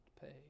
pay